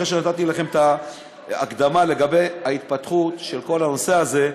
אחרי שנתתי לכם את ההקדמה לגבי ההתפתחות של כל הנושא הזה,